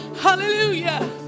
hallelujah